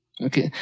Okay